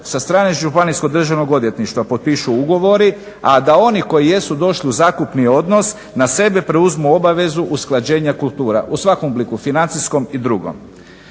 sa strane županijskog državnog odvjetništva potpišu ugovori, a da oni koji jesu došli u zakupni odnos na sebe preuzmu obavezu usklađenja kultura u svakom obliku, financijskom i drugom.